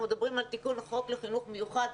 אנחנו מדברים על תיקון לחוק לחינוך מיוחד.